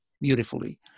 beautifully